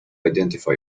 identify